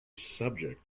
subject